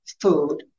food